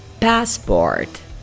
Passport